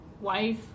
wife